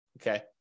Okay